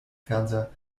fernseher